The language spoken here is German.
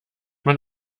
man